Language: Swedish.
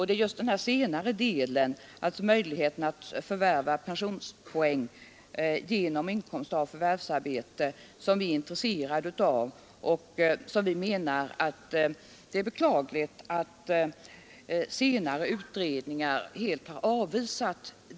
Det är just den senare delen av förslaget som vi är intresserade av och som vi menar att det är beklagligt att senare utredningar helt har avvisat.